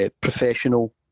professional